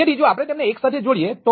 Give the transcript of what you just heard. તેથી જો આપણે તેમને એકસાથે જોડીએ તો